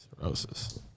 Cirrhosis